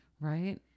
right